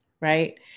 right